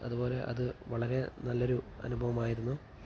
അതുപോലെ അത് വളരെ നല്ലൊരു അനുഭവമായിരുന്നു